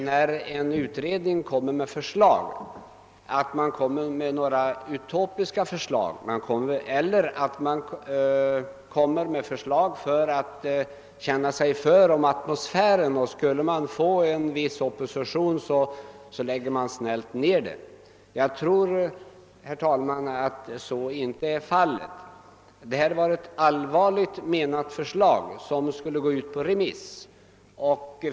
När en utredning lägger fram sina förslag är de inte utopiska, och inte heller lägger en utredning fram förslag för att så att säga undersöka hurdan stämningen för förslaget är och sedan snällt tar tillbaka det om man möter opposition. Så går det inte till. Och det förslag som det här gäller var allvarligt menat.